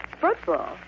Football